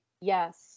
Yes